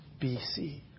BC